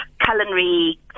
culinary